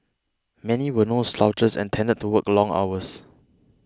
many were no slouches and tended to work long hours